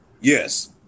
yes